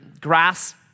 grass